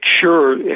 sure